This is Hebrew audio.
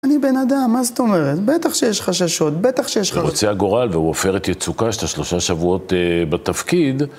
אני בן אדם, מה זאת אומרת? בטח שיש חששות, בטח שיש לך... רוצה הגורל והוא עופרת יצוקה שאתה שלושה שבועות בתפקיד.